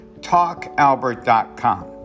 talkalbert.com